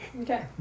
Okay